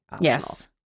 Yes